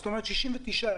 זאת אומרת 69 ימים,